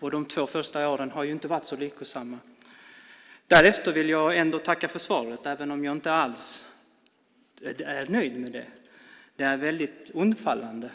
De två första åren har inte varit så lyckosamma. Därefter vill jag ändå tacka för svaret, även om jag inte alls är nöjd med det. Det är väldigt undfallande.